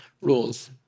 rules